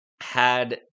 had-